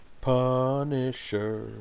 punisher